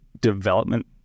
development